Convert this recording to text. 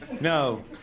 No